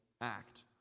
act